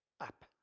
up